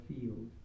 field